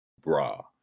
bra